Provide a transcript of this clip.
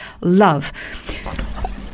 love